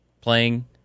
playing